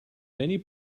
many